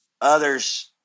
others